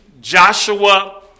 Joshua